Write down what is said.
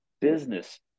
business